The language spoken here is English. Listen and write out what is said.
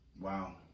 Wow